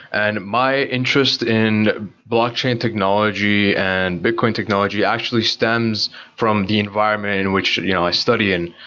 and my interest in blockchain technology and bitcoin technology actually stems from the environment in which you know i study in.